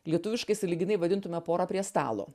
lietuviškai sąlyginai vadintume pora prie stalo